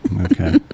Okay